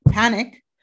panic